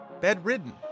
Bedridden